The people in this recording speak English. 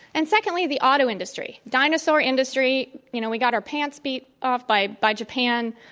and secondly, the auto industry dinosaur industry. you know, we got our pants beat off by by japan.